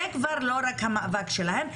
זה כבר לא רק המאבק שלהן.